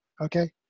okay